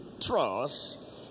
trust